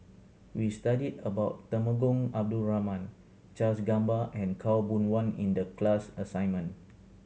we studied about Temenggong Abdul Rahman Charles Gamba and Khaw Boon Wan in the class assignment